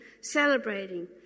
celebrating